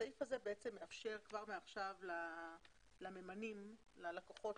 הסעיף הזה בעצם מאפשר כבר מעכשיו לממנים, ללקוחות,